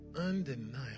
undeniable